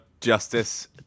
Justice